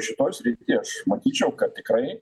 šitoj srityj aš matyčiau kad tikrai